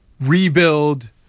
rebuild